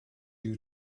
you